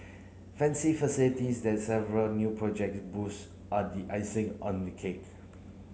fancy facilities that several new projects boost are the icing on the cake